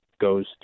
goes